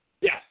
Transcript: Yes